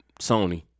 Sony